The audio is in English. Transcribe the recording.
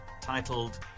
titled